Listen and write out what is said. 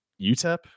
utep